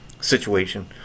situation